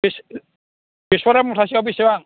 बेसरा मुथासेयाव बेसेबां